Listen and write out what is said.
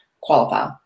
qualify